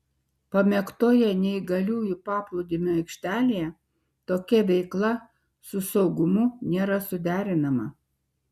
pamėgtoje neįgaliųjų paplūdimio aikštelėje tokia veikla su saugumu nėra suderinama